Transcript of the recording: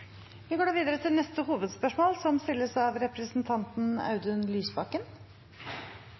Vi går da videre til neste hovedspørsmål.